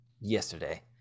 yesterday